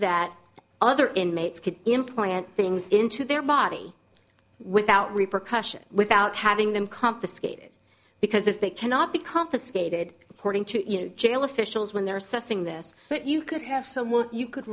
that other inmates could implant things into their body without repercussion without having them confiscated because if they cannot be confiscated according to jail officials when there is such thing this that you could have someone you could